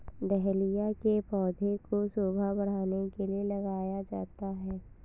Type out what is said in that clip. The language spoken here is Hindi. डहेलिया के पौधे को शोभा बढ़ाने के लिए लगाया जाता है